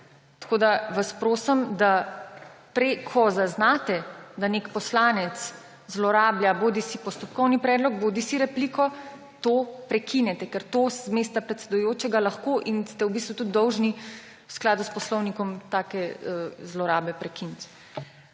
Tako da vas prosim, da ko zaznate, da nek poslanec zlorablja bodisi postopkovni predlog bodisi repliko, to prekinete. Ker to z mesta predsedujočega lahko in ste v bistvu tudi dolžni v skladu s poslovnikom takšne zlorabe prekiniti.